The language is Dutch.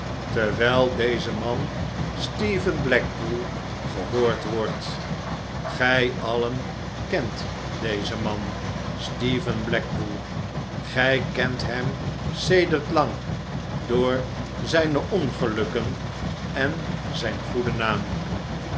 terwijl deze man stephen blackpool gehoord wordt gij alien kent dezen man stephen blackpool gij kent hem sedert lang door zijne pngelukken en zijn goeden naam